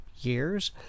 years